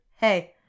hey